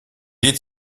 est